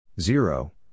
zero